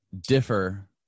differ